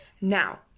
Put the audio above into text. now